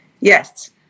Yes